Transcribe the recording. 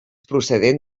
procedent